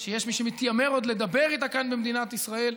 שיש מי שמתיימר עוד לדבר איתה כאן, במדינת ישראל,